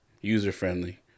user-friendly